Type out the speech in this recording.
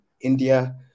India